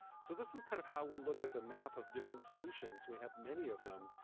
so, this is kind of how we look at the map of different solutions. we have many of them.